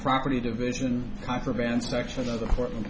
property division contraband section of the court